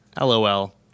LOL